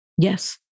Yes